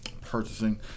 purchasing